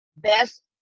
best